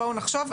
בואו נחשוב,